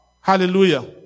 Hallelujah